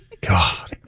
God